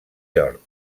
york